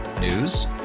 News